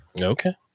Okay